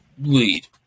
lead